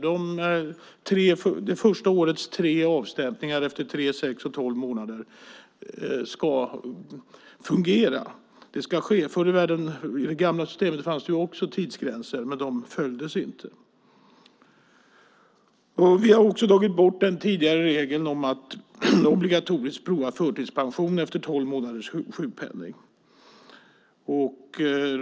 Det första årets avstämningar - efter tre, sex och tolv månader - ska fungera. Det ska ske. I det gamla systemet fanns det också tidsgränser, men de följdes inte. Vi har tagit bort den tidigare regeln att obligatoriskt pröva förtidspension efter tolv månaders sjukpenning.